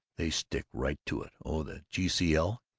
they stick right to it. oh, the g. c. l.